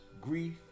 grief